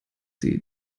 sie